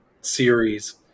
series